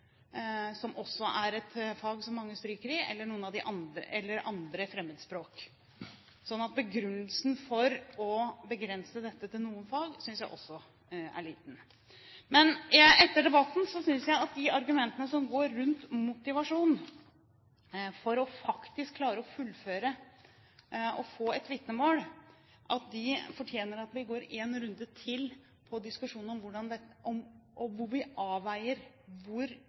som også er et fag som mange stryker i, eller andre fremmedspråk. Så begrunnelsen for å begrense dette til noen fag synes jeg også er liten. Men etter debatten synes jeg at de argumentene som går på motivasjon, motivasjon til faktisk å klare å fullføre og få et vitnemål, fortjener at vi går en runde til med diskusjon, der vi avveier: Hvor store er de praktiske motforestillingene om hvordan dette kan gjennomføres? Hvor